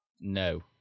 No